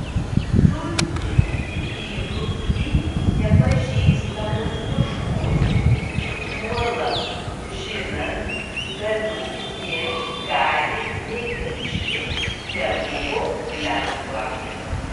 siųsti vyrus į nepažįstamus miškus juolab žinant kad jie gali negrįžti nebuvo lengva